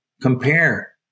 compare